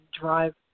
drive